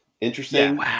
Interesting